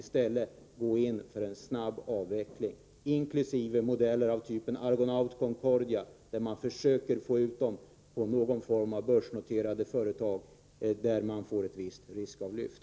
I stället borde man gå in för en snabb avveckling inkl. modeller av typ Argonaut-Concordia, varvid man försöker att med hjälp av någon form av börsnoterade företag åstadkomma ett visst riskavlyft.